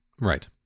Right